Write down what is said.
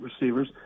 receivers